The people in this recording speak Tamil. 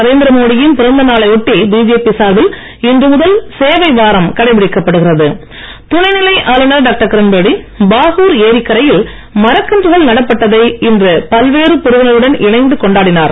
நரேந்திரமோடியின் பிறந்தநாளை ஒட்டி பிஜேபி சார்பில் இன்று முதல் சேவை வாரம் கடைபிடிக்கப்படுகிறது துணைநிலை ஆளுநர் டாக்டர் கிரண்பேடி பாகூர் ஏரிக்கரையில் மரக்கன்றுகள் நடப்பட்டதை இன்று பல்வேறு பிரிவினருடன் இணைந்து கொண்டாடினார்